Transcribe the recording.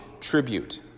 tribute